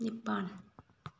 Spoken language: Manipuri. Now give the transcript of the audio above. ꯅꯤꯄꯥꯟ